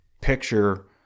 picture